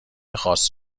خاص